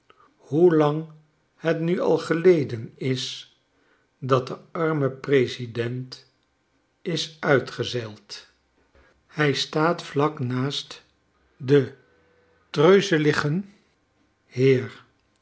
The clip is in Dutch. hoelang het nu al geleden is dat de arme president is uitgezeild hij staat vlak naast den treuzeligen heer